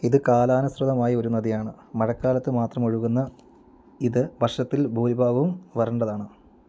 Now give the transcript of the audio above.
ഇത് കാലാനുസൃതമായ ഒരു നദിയാണ് മഴക്കാലത്ത് മാത്രം ഒഴുകുന്ന ഇത് വർഷത്തിൽ ഭൂരിഭാഗവും വരണ്ടതാണ്